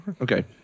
Okay